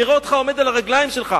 נראה אותך עומד על הרגליים שלך.